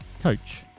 coach